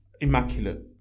immaculate